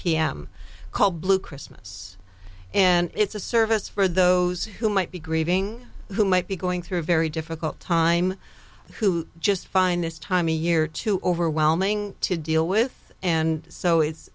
pm called blue christmas and it's a service for those who might be grieving who might be going through a very difficult time who just find this time a year too overwhelming to deal with and so i